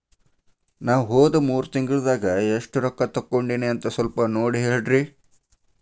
ನಾ ಹೋದ ಮೂರು ತಿಂಗಳದಾಗ ಎಷ್ಟು ರೊಕ್ಕಾ ತಕ್ಕೊಂಡೇನಿ ಅಂತ ಸಲ್ಪ ನೋಡ ಹೇಳ್ರಿ